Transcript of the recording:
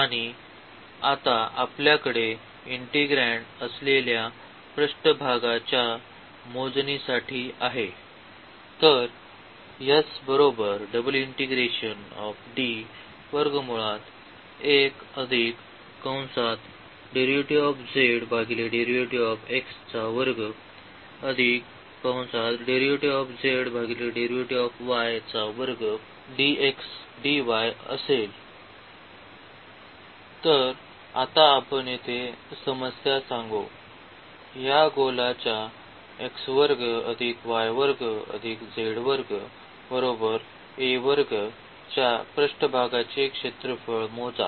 आणि आता आपल्याकडे इंटिग्रँड असलेल्या पृष्ठभागाच्या मोजणीसाठी आहे तर आता आपण येथे समस्या सांगू या गोलाच्या च्या पृष्ठभागाचे क्षेत्रफळ मोजा